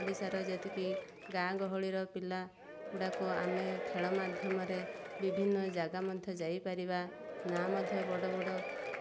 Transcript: ଓଡ଼ିଶାର ଯେତିକି ଗାଁ ଗହଳିର ପିଲା ଗୁଡ଼ାକ ଆମେ ଖେଳ ମାଧ୍ୟମରେ ବିଭିନ୍ନ ଜାଗା ମଧ୍ୟ ଯାଇପାରିବା ନାଁ ମଧ୍ୟ ବଡ଼ ବଡ଼